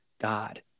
God